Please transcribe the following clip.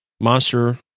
Monster